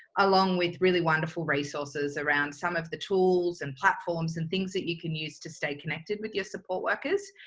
along with really wonderful resources around some of the tools and platforms and things that you can use to stay connected with your support workers.